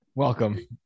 Welcome